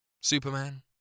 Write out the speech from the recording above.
Superman